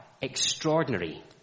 extraordinary